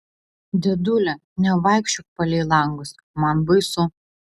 dėdule nevaikščiok palei langus man baisu